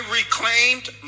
reclaimed